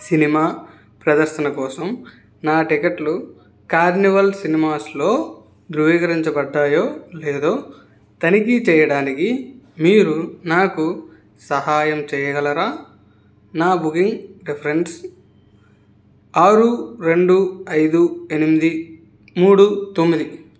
cinema ప్రదర్శన కోసం నా టిక్కెట్లు కార్నివాల్ సినిమాస్లో ధృవీకరించబడ్డాయో లేదో తనిఖీ చేయడానికి మీరు నాకు సహాయం చేయగలరా నా బుకింగ్ రిఫరెన్స్ ఆరు రెండు ఐదు ఎనిమిది మూడు తొమ్మిది